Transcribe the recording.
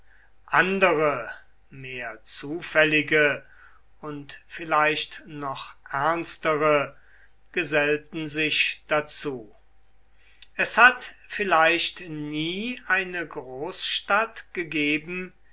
andere mehr zufällige und vielleicht noch ernstere gesellten sich dazu es hat vielleicht nie eine großstadt gegeben